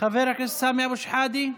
חבר הכנסת סמי אבו שחאדה,